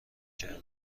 کردم